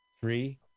Three